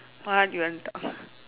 what you want to talk